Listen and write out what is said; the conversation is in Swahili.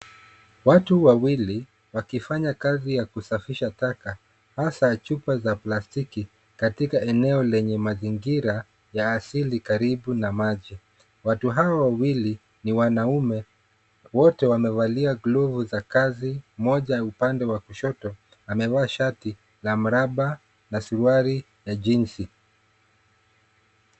Watu wawili, wakifanya kazi ya kusafisha taka hasa chupa za plastiki katika eneo lenye mazingira ya asili karibu na maji. Watu hao wawili ni wanaume, wote wamevalia glovu za kazi. Mmoja upande wa kushoto amevaa shati la miraba na suruali ya jeans .